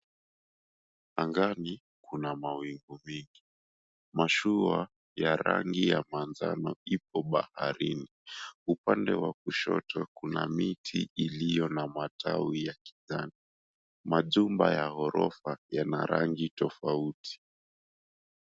Angani kuna mawingu mingi. Mashua ya rangi ya manjano ipo baharini. Upande wa kushoto kuna miti iliyo na matawi ya kijani. Majumba ya ghorofa yana rangi tofauti.